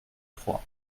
trois